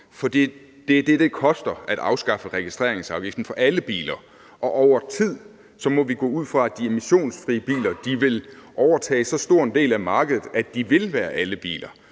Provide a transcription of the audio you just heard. for det er det, det koster at afskaffe registreringsafgiften for alle biler. Og over tid må vi gå ud fra, at de emissionsfri biler vil overtage så stor en del af markedet, at de vil være »alle biler«,